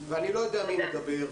אני לא יודע מי מדבר.